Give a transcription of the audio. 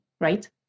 right